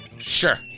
Sure